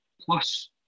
plus